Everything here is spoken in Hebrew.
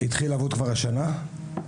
התחיל לעבוד כבר השנה כפיילוט.